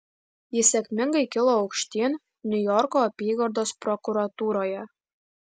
ji sėkmingai kilo aukštyn niujorko apygardos prokuratūroje